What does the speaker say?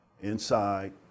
inside